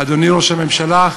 אדוני ראש הממשלה,